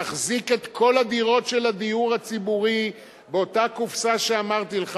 תחזיק את כל הדירות של הדיור הציבורי באותה קופסה שאמרתי לך.